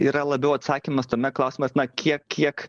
yra labiau atsakymas tame klausimas na kiek kiek